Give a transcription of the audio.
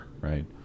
Right